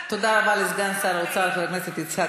תודה רבה לסגן שר האוצר חבר הכנסת יצחק